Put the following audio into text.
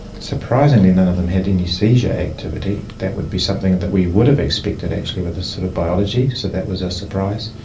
surprisingly none of them had any seizure activity, that would be something that we would have expected actually with this sort of biology, so that was a surprise.